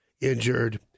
injured